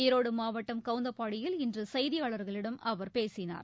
ஈரோடு மாவட்டம் கவுந்தப்பாடியில் இன்று செய்தியாளர்களிடம் அவர் பேசினார்